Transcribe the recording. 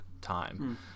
time